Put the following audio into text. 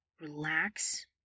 relax